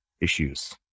issues